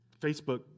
Facebook